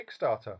kickstarter